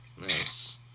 Nice